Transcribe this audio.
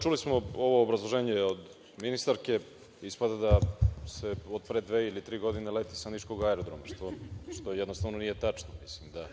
Čuli smo ovo obrazloženje od ministarke, ispada da se od pre dve, tri godine leti sa niškog aerodroma, što jednostavno nije tačno. Mislim da